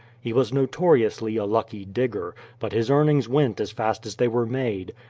he was notoriously a lucky digger, but his earnings went as fast as they were made,